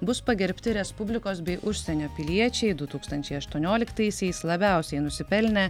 bus pagerbti respublikos bei užsienio piliečiai du tūkstančiai aštuonioliktaisiais labiausiai nusipelnę